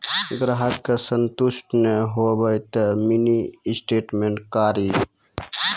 ग्राहक के संतुष्ट ने होयब ते मिनि स्टेटमेन कारी?